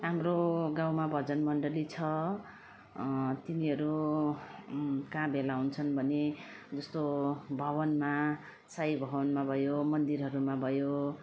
हाम्रो गाउँमा भजन मन्डली छ तिनीहरू कहाँ भेला हुन्छन् भने जस्तो भवनमा साई भवनमा भयो मन्दिरहरूमा भयो